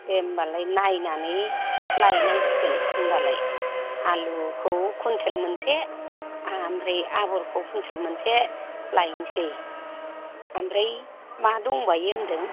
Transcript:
दे होम्बालाय नायनानै लायनांसिगोन होम्बालाय आलुखौ कुइन्टेल मोनसे ओमफ्राय आबरखौ कुइन्टेल मोनसे लायनोसै ओमफ्राय मा दंबायो होनदों